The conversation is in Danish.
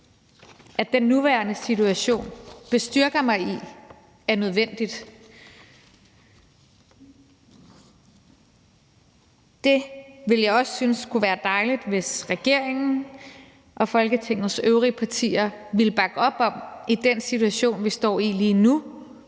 at den nuværende situation bestyrker mig i er nødvendigt. Det ville jeg også synes kunne være dejligt hvis regeringen og Folketingets øvrige partier ville bakke op om i den situation, vi står i lige nu,